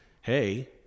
hey